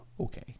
Okay